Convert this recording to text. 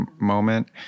moment